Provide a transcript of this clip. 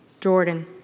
Jordan